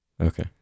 Okay